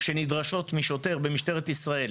שנדרשות משוטר במשטרת ישראל